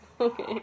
Okay